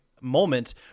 moment